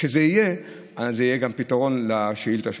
כשזה יהיה, זה יהיה פתרון גם לשאילתה שלך.